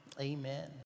amen